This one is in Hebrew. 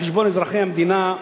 על חשבון אזרחי המדינה,